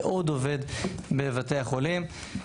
זה עוד עובד בבתי החולים.